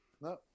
No